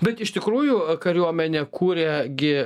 bet iš tikrųjų kariuomenę kuria gi